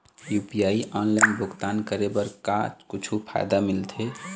UPI online भुगतान करे बर का कुछू फायदा मिलथे?